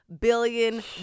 billion